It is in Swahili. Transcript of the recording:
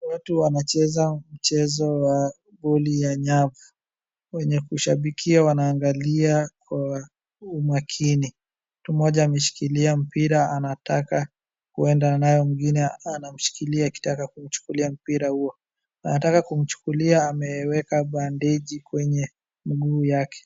Watu wanacheza mchezo wa boli ya nyavu. Wenye kushambikia wanaangalia kwa umakini. Mtu mmoja ameshikilia mpira anataka kueda nayo, mwingine anamshikilia akitaka kuichukulia mpira huo. Anataka kumchukulia ameweka bandaji kwenye mguu yake.